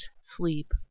sleep